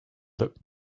looked